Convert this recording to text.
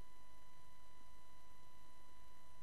ואף-על-פי